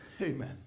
Amen